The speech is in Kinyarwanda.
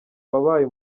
wabaye